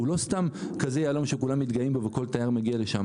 לא סתם הוא יהלום כזה שכולם מתגאים בו וכל תייר מגיע לשם